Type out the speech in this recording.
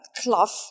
cloth